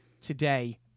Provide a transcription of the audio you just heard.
today